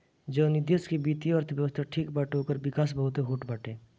जवनी देस के वित्तीय अर्थव्यवस्था ठीक बाटे ओकर विकास बहुते होत बाटे